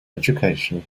education